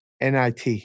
NIT